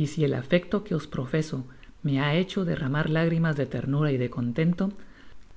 y si el afecto que os profeso me ha hecho derramar lágrimas de ternura y de contento